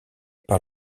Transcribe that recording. par